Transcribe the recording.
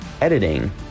editing